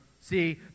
See